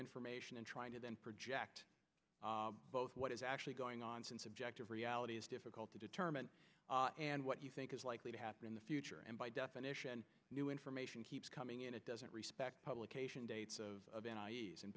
information and trying to then project both what is actually going on since objective reality is difficult to determine and what you think is likely to happen in the future and by definition new information keeps coming in it doesn't respect publication dates of